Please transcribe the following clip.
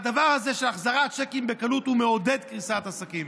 הדבר הזה של החזרת צ'קים בקלות מעודד קריסת עסקים.